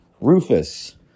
Rufus